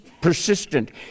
persistent